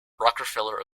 rockefeller